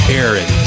Aaron